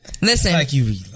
Listen